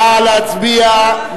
נא להצביע.